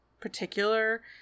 particular